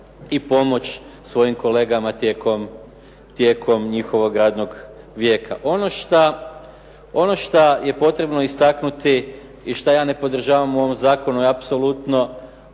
i pomoć svojim kolegama tijekom njihovog radnog vijeka. Ono šta je potrebno istaknuti i šta ja ne podržavam u ovom zakonu, već je nekoliko